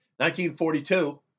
1942